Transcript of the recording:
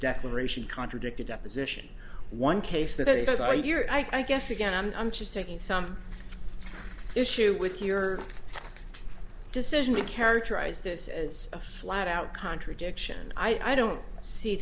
declaration contradicted deposition one case that he says are your i guess again i'm just taking some issue with your decision to characterize this as a flat out contradiction i don't see